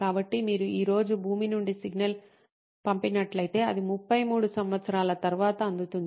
కాబట్టి మీరు ఈ రోజు భూమి నుండి సిగ్నల్ పంపినట్లయితే అది 33 సంవత్సరాల తరువాత అందుతుంది